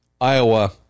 Iowa